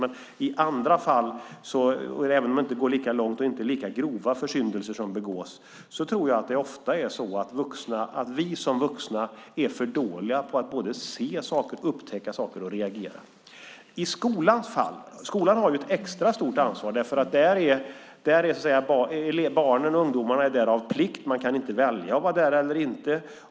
Men även om det inte går lika långt och inte är lika grova försyndelser som begås tror jag att det ofta är så att vi som vuxna är för dåliga på att se saker, upptäcka saker och reagera. Skolan har ett extra stort ansvar. Barnen och ungdomarna är där av plikt. Man kan inte välja att vara där eller inte.